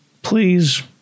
please